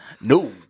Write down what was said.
no